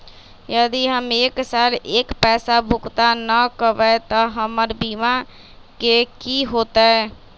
यदि हम एक साल तक पैसा भुगतान न कवै त हमर बीमा के की होतै?